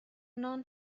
نان